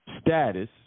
status